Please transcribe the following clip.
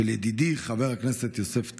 של ידידי חבר הכנסת יוסף טייב,